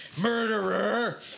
murderer